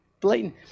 blatant